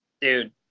dude